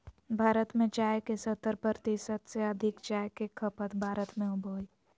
भारत में चाय के सत्तर प्रतिशत से अधिक चाय के खपत भारत में होबो हइ